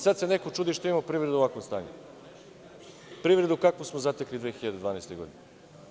Sada se neko čudi što imamo privredu u ovakvom stanju, privredu kakvu smo zatekli u 2012. godini.